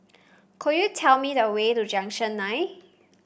could you tell me the way to Junction Nine